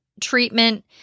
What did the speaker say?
treatment